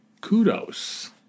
kudos